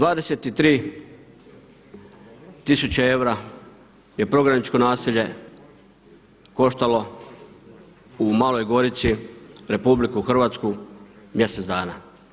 23 000 eura je prognaničko naselje koštalo u Maloj Gorici Republiku Hrvatsku mjesec dana.